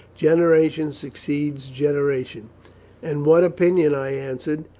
generation succeeds generation and what opinion i answered,